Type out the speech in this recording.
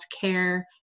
care